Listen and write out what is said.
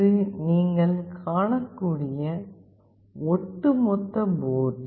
இது நீங்கள் காணக்கூடிய ஒட்டுமொத்த போர்டு